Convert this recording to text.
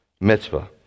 mitzvah